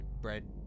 bread